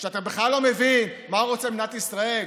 שאתה בכלל לא מבין מה הוא רוצה ממדינת ישראל,